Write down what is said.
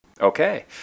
Okay